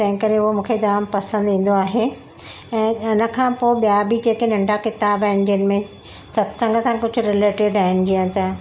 तंहिंकरे उहो मुखे जामु पसंदि ईंदो आहे ऐं इनखां पोइ ॿिया बि जेके नंढा किताब आहिनि जिन में सत्संगु सां कुझु रिलेटेड आहिनि जीअं त